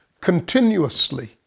continuously